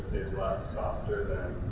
lot softer than